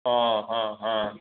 हा हा हा